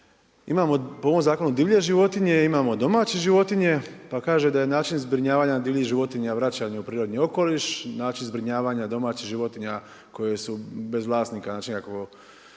Imamo u ovom zakonu divlje životinje i imamo domaće životinje. Pa kaže da je način zbrinjavanja divljih životinja vraćanje u prirodni okoliš, znači zbrinjavanje domaćih životinja koje su bez vlasnika naći nekakvo